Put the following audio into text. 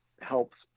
helps